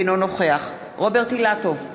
אינו נוכח רוברט אילטוב,